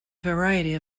variety